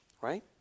right